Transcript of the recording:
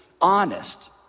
honest